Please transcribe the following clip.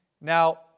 Now